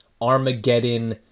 Armageddon-